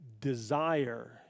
desire